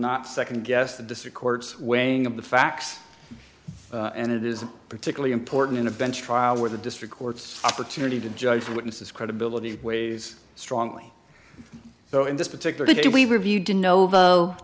not nd guess the district court's weighing of the facts and it is particularly important in a bench trial where the district court's opportunity to judge witnesses credibility weighs strongly so in this particular day we reviewed to know